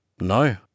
No